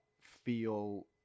feel